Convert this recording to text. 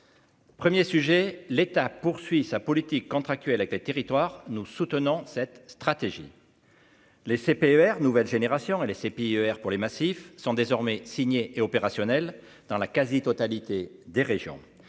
1er sujet : l'État poursuit sa politique contractuelle avec les territoires, nous soutenons cette stratégie. Les CPER nouvelle génération et les CPER pour les massifs sont désormais signer et opérationnel dans la quasi-totalité des régions,